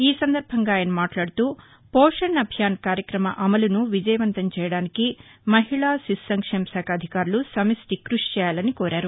ఈ సందర్బంగా ఆయన మాట్లాడుతూపోషణ్ అభియాన్ కార్యక్రమ అమలును విజయవంతం చేయడానికి మహిళా శిశు సంక్షేమ శాఖ అధికారులు సమిష్ణి కృషి చేయాలని కోరారు